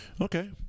okay